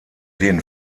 den